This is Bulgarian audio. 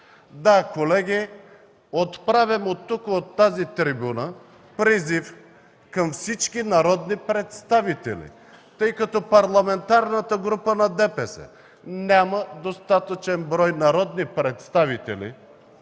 Да, колеги, отправям от тук, от тази трибуна, призив към всички народни представители, тъй като Парламентарната група на ДПС няма достатъчен брой народни представители